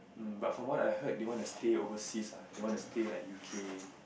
um but from what I've heard they want to stay overseas ah they want to stay like u_k